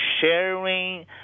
sharing